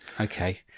okay